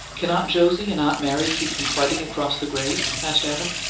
can aunt josie and aunt mary keep from fighting across the grave? asked adam.